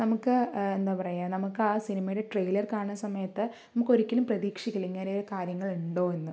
നമുക്ക് എന്താ പറയുക നമുക്ക് ആ സിനിമയുടെ ട്രൈലർ കാണുന്ന സമയത്ത് നമുക്ക് ഒരിക്കലും പ്രതീക്ഷിക്കില്ല ഇങ്ങനെ ഒരു കാര്യങ്ങൾ ഉണ്ടോ എന്ന്